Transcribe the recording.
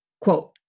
quote